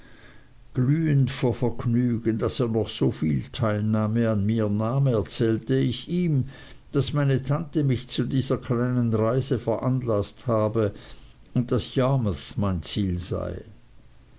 glühend vor vergnügen daß er noch so viel teilnahme an mir nahm erzählte ich ihm daß meine tante mich zu dieser kleinen reise veranlaßt habe und daß yarmouth mein ziel sei